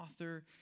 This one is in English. author